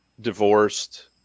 divorced